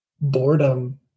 boredom